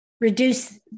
reduce